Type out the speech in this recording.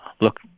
look